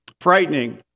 frightening